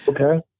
Okay